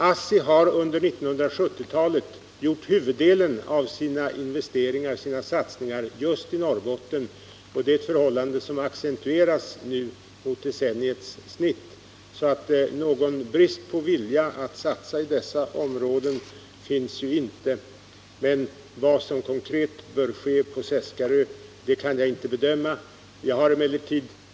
ASSI har under 1970-talet gjort huvuddelen av sina satsningar just i Nr 112 Norrbotten, och detta accentueras när det gäller snittet för hela decenniet, så Måndagen den någon brist på vilja att satsa i dessa områden finns inte. Vad som konkret bör = 26 mars 1979 ske på Seskarö kan jag emellertid inte bedöma.